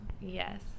Yes